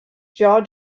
jaw